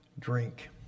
Drink